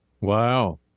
wow